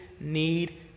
need